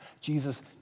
Jesus